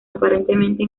aparentemente